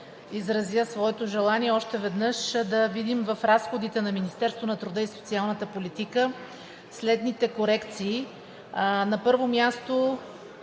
изразя своето желание още веднъж да видим в разходите на Министерството на труда и социалната политика следните корекции: